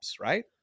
right